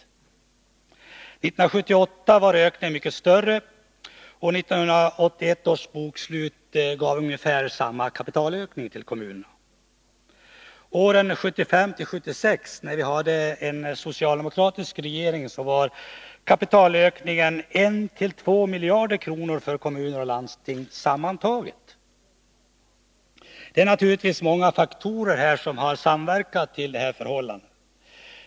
1978 var ökningen mycket större. 1981 års bokslut gav ungefär samma kapitalökning till kommunerna. Åren 1975 till 1976, när vi hade en socialdemokratisk regering, var kapitalökningen 1-2 miljarder kronor för kommuner och landsting sammantaget. Det är naturligtvis många faktorer som har samverkat till det här förhållandet.